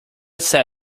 said